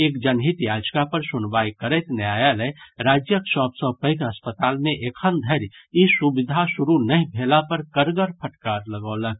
एक जनहित याचिका पर सुनवाई करैत न्यायालय राज्यक सभ सॅ पैघ अस्पताल मे एखन धरि ई सुविधा शुरू नहिं भेला पर कड़गर फटकार लगौलक